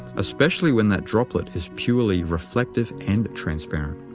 especially when that droplet is purely reflective and transparent.